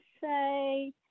say